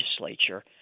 legislature